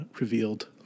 revealed